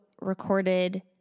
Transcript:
recorded